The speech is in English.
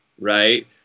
Right